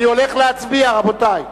אני הולך להצביע, רבותי.